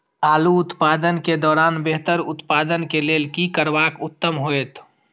आलू उत्पादन के दौरान बेहतर उत्पादन के लेल की करबाक उत्तम होयत?